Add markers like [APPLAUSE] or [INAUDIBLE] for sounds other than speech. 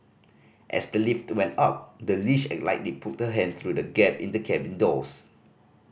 as the lift went up the leash [UNINTELLIGIBLE] likely pulled her hand through the gap in the cabin doors